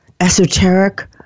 esoteric